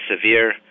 severe